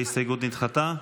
ההסתייגות נדחתה.